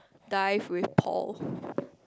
dive with Paul